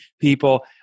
people